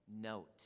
note